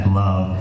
love